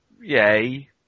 yay